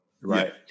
right